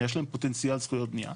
יש להם פוטנציאל זכויות בנייה.